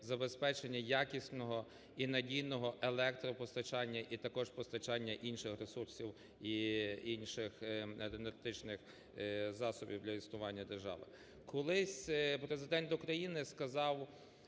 забезпечення якісного і надійного електропостачання і також постачання інших ресурсів і інших енергетичних засобів для існування держави. Колись Президент України сказав,